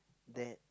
that